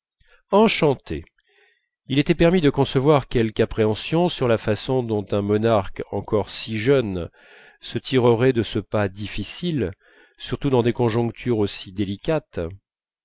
enchanté il était permis de concevoir quelque appréhension sur la façon dont un monarque encore si jeune se tirerait de ce pas difficile surtout dans des conjonctures aussi délicates